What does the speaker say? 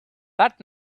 that